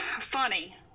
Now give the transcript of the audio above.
Funny